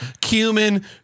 Cumin